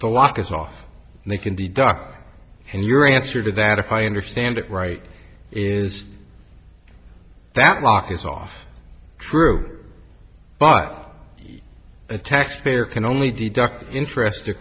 the lock is off and they can be docked and your answer to that if i understand it right is that mark is off true but a taxpayer can only deduct the interest o